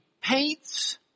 paints